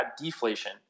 deflation